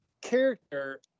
character